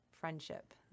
friendship